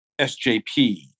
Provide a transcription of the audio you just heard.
SJP